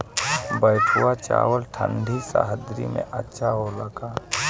बैठुआ चावल ठंडी सह्याद्री में अच्छा होला का?